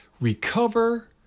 Recover